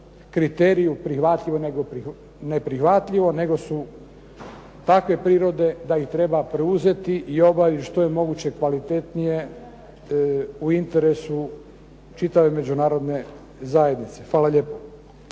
kriteriju prihvatljivo-neprihvatljivo, nego su takve prirode da ih treba preuzeti i obavit što je moguće kvalitetnije u interesu čitave Međunarodne zajednice. Hvala lijepo.